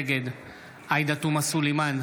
נגד עאידה תומא סלימאן,